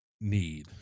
need